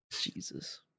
Jesus